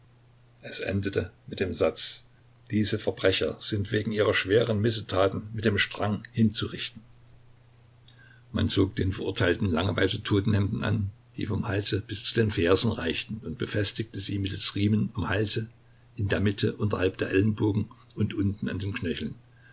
es endete mit dem satz diese verbrecher sind wegen ihrer schweren missetaten mit dem strang hinzurichten man zog den verurteilten lange weiße totenhemden an die vom halse bis zu den fersen reichten und befestigte sie mittels riemen am halse in der mitte unterhalb der ellenbogen und unten an den knöcheln